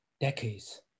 decades